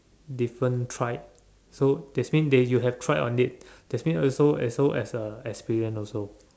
different tried so that's mean that you have tried on it that's mean also and so also as a experience also